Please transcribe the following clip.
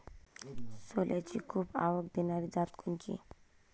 सोल्याची खूप आवक देनारी जात कोनची?